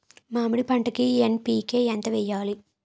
మామిడి పంటకి ఎన్.పీ.కే ఎంత వెయ్యాలి?